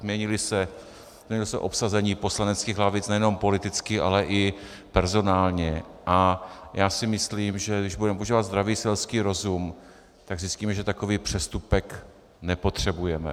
Změnilo se obsazení poslaneckých lavic nejenom politicky, ale i personálně a já si myslím, že když budeme používat zdravý selský rozum, tak zjistíme, že takový přestupek nepotřebujeme.